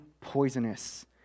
poisonous